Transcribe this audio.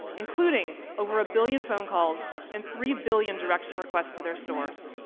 including over a billion phone calls and three billion direction requests to their stores.